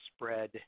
spread